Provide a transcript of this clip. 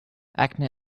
acne